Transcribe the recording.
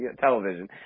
television